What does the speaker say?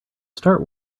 start